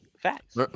Facts